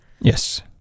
Yes